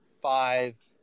five –